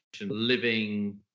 living